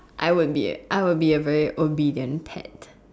I would be A I would be a very obedient pet